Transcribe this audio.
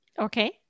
Okay